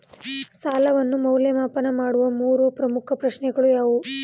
ಸಾಲವನ್ನು ಮೌಲ್ಯಮಾಪನ ಮಾಡುವ ಮೂರು ಪ್ರಮುಖ ಪ್ರಶ್ನೆಗಳು ಯಾವುವು?